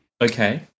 Okay